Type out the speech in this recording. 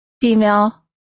female